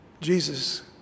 Jesus